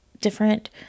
different